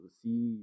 see